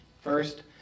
First